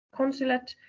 consulate